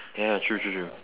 ya ya true true true